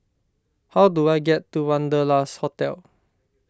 how do I get to Wanderlust Hotel